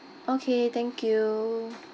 okay thank you